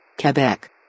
Quebec